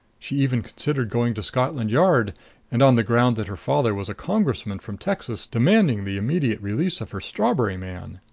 she even considered going to scotland yard and, on the ground that her father was a congressman from texas, demanding the immediate release of her strawberry man.